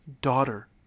daughter